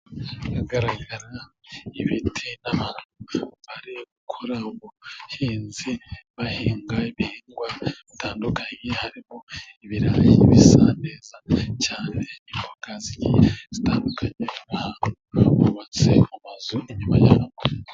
Haragaragara ibiti n'abantu bari gukora ubuhinzi, bahinga ibihingwa bitandukanye harimo ibirayi bisa neza cyane, imbogazi zitandukanye, bubatse mu mazu inyuma y'aya mago.